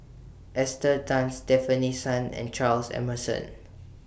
Esther Tan Stefanie Sun and Charles Emmerson